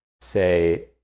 say